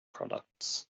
products